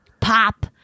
pop